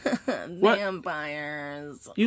Vampires